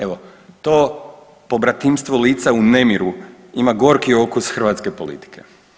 Evo to pobratimstvo lica u nemiru ima gorki okus hrvatske politike.